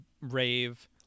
rave